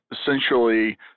essentially